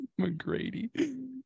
McGrady